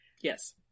yes